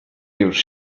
już